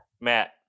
Matt